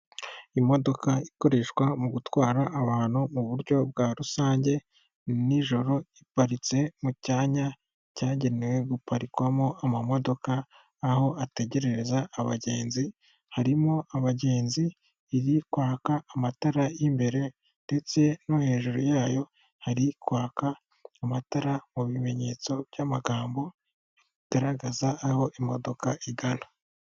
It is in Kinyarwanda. Imodoka ikoreshwa mu gutwara abantu mu buryo bwa rusange, n’ijoro iparitse mu cyanya cyagenewe guparikwamo ama modoka aho ategerereza abagenzi. Harimo abagenzi, iri kwak’amatara y'imbere ndetse no hejuru yayo hari kwaka amatara mu bimenyetso by'amagambo, bigaragaza aho imodoka igana.